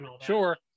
Sure